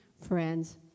friends